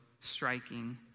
striking